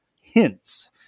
hints